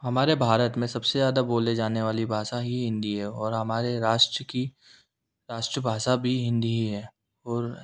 हमारे भारत में सब से ज़्यादा बोले जाने वाली भाषा ही हिन्दी है और हमारे राष्ट्र की राष्ट्रभाषा भी हिन्दी ही है और